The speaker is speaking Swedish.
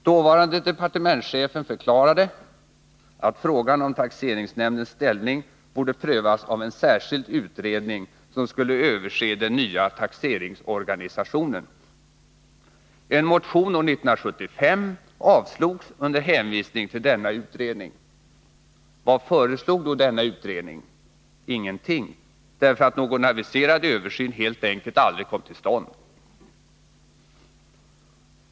Dåvarande departementschefen förklarade att frågan om taxeringsnämndens ställning borde prövas av en särskild utredning, som skulle överse den nya taxeringsorganisationen. En motion år 1975 avslogs under hänvisning till denna utredning. Vad föreslog då denna utredning? Ingenting, därför att någon sådan aviserad översyn helt enkelt aldrig kom till stånd.